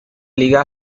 liga